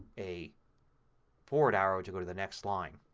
a forward arrow to go to the next line.